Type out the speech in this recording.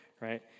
right